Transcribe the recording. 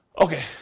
Okay